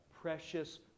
precious